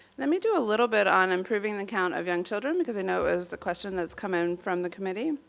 let me do a little bit on improving the count of young children because i know it was a question that's come from the committee.